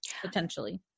Potentially